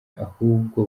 ahubwo